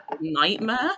nightmare